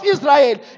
Israel